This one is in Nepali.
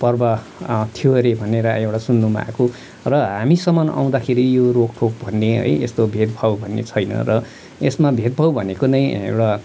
पर्व थियो हरे भनेर एउटा सुन्नुमा आएको र हामीसम्म आउँदाखेरि यो रोकटोक भन्ने है यस्तो भेदभाव भन्ने छैन र यसमा भेदभाव भनेको नै एउटा